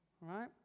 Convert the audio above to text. Right